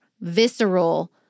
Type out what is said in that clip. visceral